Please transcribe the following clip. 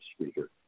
speaker